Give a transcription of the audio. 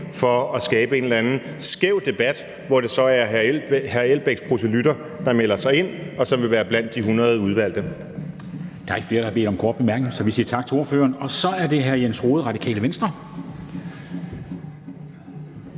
for at skabe en eller anden skæv debat, hvor det så er hr. Uffe Elbæks proselytter, der melder sig ind, og som vil være blandt de 100 udvalgte. Kl. 13:53 Formanden (Henrik Dam Kristensen): Der er ikke flere, der har bedt om korte bemærkninger, så vi siger tak til ordføreren. Og så er det hr. Jens Rohde, Radikale Venstre.